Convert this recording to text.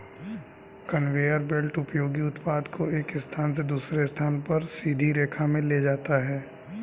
conveyor belt उपयोगी उत्पाद को एक स्थान से दूसरे स्थान पर सीधी रेखा में ले जाता है